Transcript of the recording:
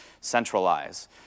centralize